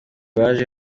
baje